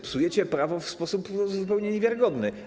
Psujecie prawo w sposób zupełnie niewiarygodny.